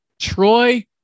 Troy